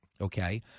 okay